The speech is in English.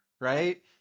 right